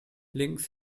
links